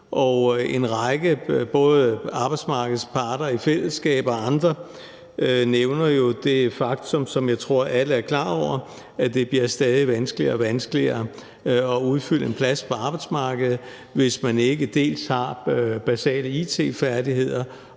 en række, både arbejdsmarkedets parter i fællesskab og andre, nævner jo det faktum, som jeg tror alle er klar over, at det bliver stadig vanskeligere og vanskeligere at udfylde en plads på arbejdsmarkedet, hvis man ikke har basale it-færdigheder,